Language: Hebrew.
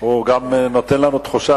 הוא גם נותן לנו תחושה,